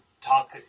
talk